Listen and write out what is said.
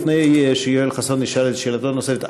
לפני שיואל חסון ישאל את שאלתו הנוספת.